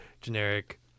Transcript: generic